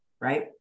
right